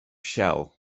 shell